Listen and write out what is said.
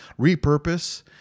repurpose